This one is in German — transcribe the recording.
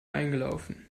eingelaufen